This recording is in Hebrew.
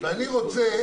ואני רוצה